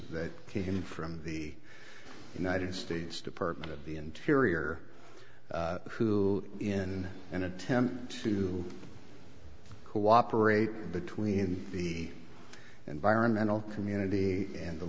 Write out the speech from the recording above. he can from the united states department of the interior who in an attempt to cooperate between the environmental community and the